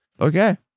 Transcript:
Okay